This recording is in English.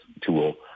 tool